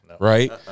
right